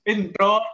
Intro